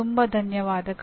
ತುಂಬ ಧನ್ಯವಾದಗಳು